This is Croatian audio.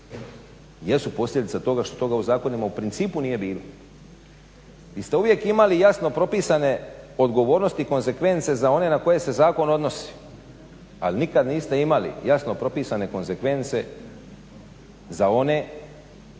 jesu posljedica toga što toga u zakonima u principu nije bilo. Vi ste uvijek imali jasno propisane odgovornosti i konzekvence za one na koje se zakon odnosi, ali nikad niste imali jasno propisane konzekvence za one